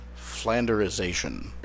Flanderization